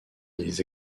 des